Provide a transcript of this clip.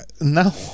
now